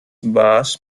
bass